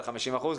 על 50 אחוזים,